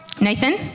Nathan